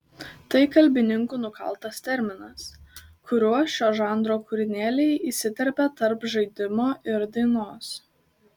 tai kalbininkų nukaltas terminas kuriuo šio žanro kūrinėliai įsiterpia tarp žaidimo ir dainos